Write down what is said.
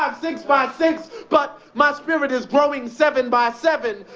ah six by six. but my spirit is growing seven by seven,